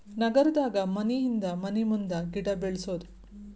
ನಗರದಾಗ ಮನಿಹಿಂದ ಮನಿಮುಂದ ಗಿಡಾ ಬೆಳ್ಸುದು